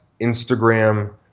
Instagram